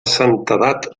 santedat